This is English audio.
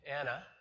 Anna